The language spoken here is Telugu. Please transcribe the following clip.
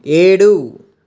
ఏడు